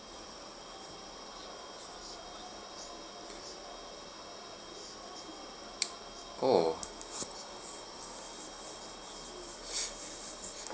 orh